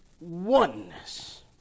oneness